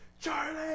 Charlie